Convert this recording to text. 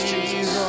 Jesus